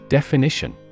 Definition